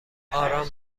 آرام